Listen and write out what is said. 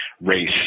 race